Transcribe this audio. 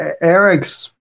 Eric's